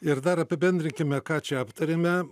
ir dar apibendrinkime ką čia aptarėme